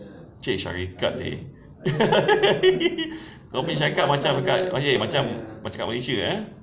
!chey! syarikat seh kau cakap syarikat macam macam kat malaysia eh